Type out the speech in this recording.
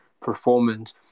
performance